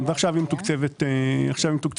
ועכשיו היא מתוקצבת במלואה.